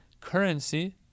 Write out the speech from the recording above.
currency